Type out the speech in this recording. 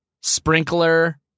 sprinkler